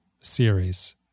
series